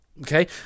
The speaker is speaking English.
Okay